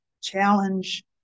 challenge